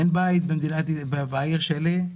אין בית בעיר שלי,